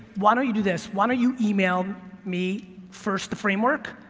why don't you do this, why don't you email me first the framework,